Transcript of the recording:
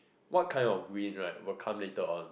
what kind of wind right will come later on